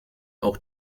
auch